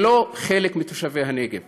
ולא חלק מתושבי הנגב.